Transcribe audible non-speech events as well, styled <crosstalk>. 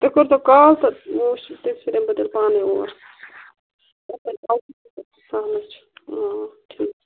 تُہۍ کٔرۍزیو کال <unintelligible> سہلے چھُ <unintelligible>